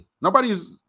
Nobody's